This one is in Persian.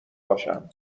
باشم